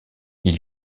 ils